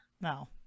No